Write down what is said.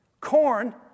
corn